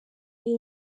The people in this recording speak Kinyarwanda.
ari